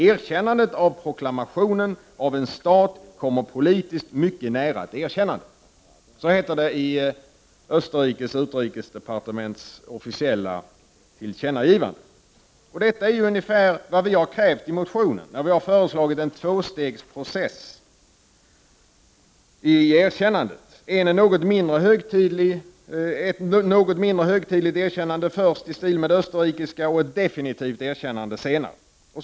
Erkännandet av proklamationen av en stat kommer politiskt mycket nära ett erkännande.” Så heter det i Österrikes utrikesdepartements officiella tillkännagivande. Detta är ungefär vad vi har krävt i motionen, när vi har föreslagit en tvåstegsprocess i erkännandet, ett något mindre högtidligt erkännande först — i stil med det österrikiska — och ett definitivt erkännande senare.